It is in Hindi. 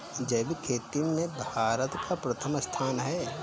जैविक खेती में भारत का प्रथम स्थान है